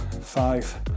Five